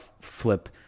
flip